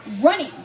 running